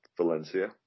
Valencia